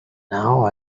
now